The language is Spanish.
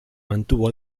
mantuvo